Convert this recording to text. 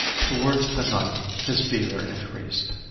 towards the night his fever increased.